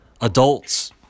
Adults